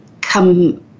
come